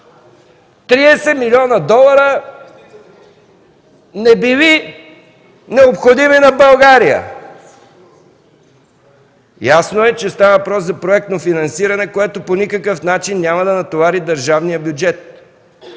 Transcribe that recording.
милиона долара не били необходими на България. Ясно е, че става въпрос за проектно финансиране, което по никакъв начин няма да натовари държавния бюджет.